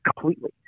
completely